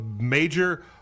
major